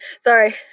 Sorry